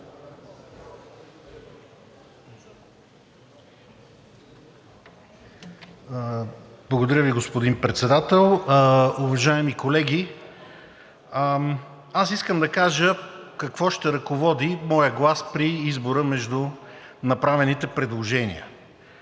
Благодаря Ви, господин Председател. Уважаеми колеги, аз искам да кажа какво ще ръководи моя глас при избора между направените предложения.